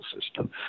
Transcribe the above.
system